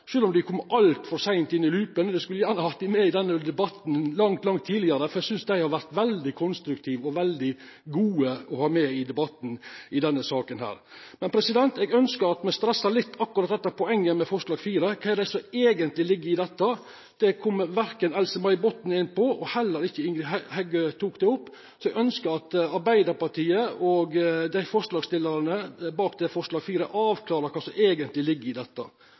om dei kom altfor seint inn i loopen. Eg skulle gjerne hatt dei med i denne debatten langt, langt tidlegare, for eg synest dei har vore veldig konstruktive og veldig gode å ha med i debatten i denne saka. Eg ønskjer at me stressar litt akkurat dette poenget med forslag nr. 4. Kva er det som eigentleg ligg i dette? Det kom ikkje Else-May Botten inn på, og heller ikkje Ingrid Heggø tok det opp, så eg ønskjer at Arbeidarpartiet og forslagsstillarane bak forslag nr. 4 avklarar kva som eigentleg ligg i dette.